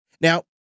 Now